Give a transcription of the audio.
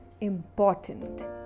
important